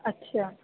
अछा